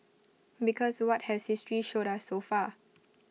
because what has history showed us so far